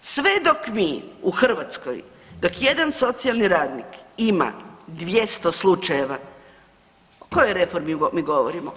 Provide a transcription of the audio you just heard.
Sve dok mi u Hrvatskoj, dok jedan socijalni radnik ima 200 slučajeva o kojoj reformi mi govorimo?